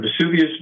Vesuvius